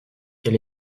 elle